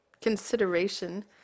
consideration